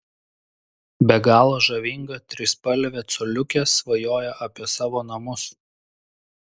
be galo žavinga trispalvė coliukė svajoja apie savo namus